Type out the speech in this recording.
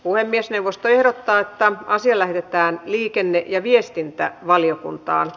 puhemiesneuvosto ehdottaa että asia lähetetään liikenne ja viestintävaliokuntaan